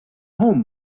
home